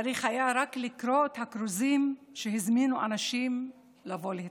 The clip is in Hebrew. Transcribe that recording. צריך היה רק לקרוא את הכרוזים שהזמינו אנשים לבוא להתפרע.